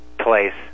place